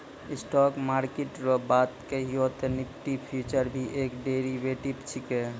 stock market रो बात कहियो ते निफ्टी फ्यूचर भी एक डेरीवेटिव छिकै